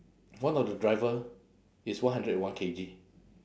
one of the driver is one hundred and one K_G